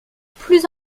plus